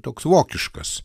toks vokiškas